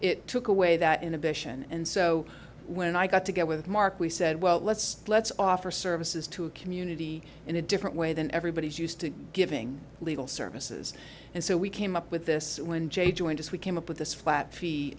it took away that inhibition and so when i got to go with mark we said well let's let's offer services to a community in a different way than everybody is used to giving legal services and so we came up with this when jay joined us we came up with this flat fee